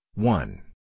One